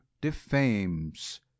defames